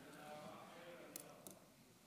כבוד היושב-ראש,